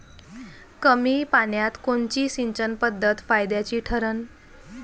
कमी पान्यात कोनची सिंचन पद्धत फायद्याची ठरन?